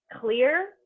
clear